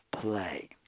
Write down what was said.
play